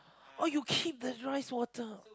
oh you keep the rice water